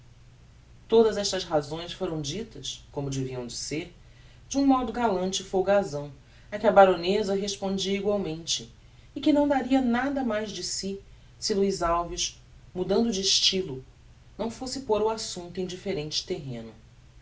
todas estas razões foram ditas como deviam de ser de um modo galante e folgazão a que a baroneza respondia egualmente e que não daria nada mais de si se luiz alves mudando de estylo não fosse pôr o assumpto em differente terreno